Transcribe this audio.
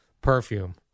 perfume